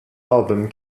album